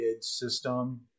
system